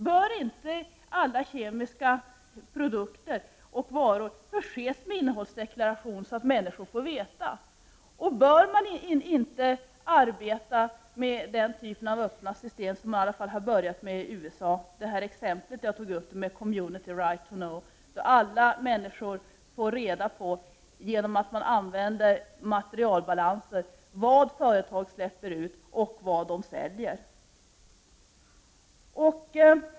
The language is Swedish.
Bör inte alla kemiska produkter och varor förses med innehållsdeklaration, så att människor får veta vad de köper? Bör man inte arbeta med den typ av öppna system som man i alla fall har börjat med i USA? Jag tog upp ett exempel med Community right to know, då alla människor, genom att materialbalanser används, får reda på vad företagen släpper ut och vad de säljer.